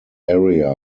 area